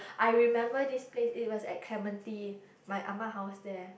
I remember this place it was at clementi my ah ma house there